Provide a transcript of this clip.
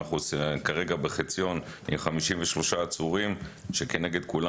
אנחנו כרגע בחציון עם 53 עצורים שכנגד כולם